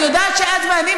אני יודעת שאת ואני,